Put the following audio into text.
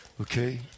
Okay